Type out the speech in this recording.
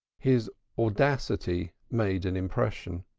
his audacity made an impression.